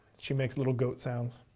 she makes little goat sounds.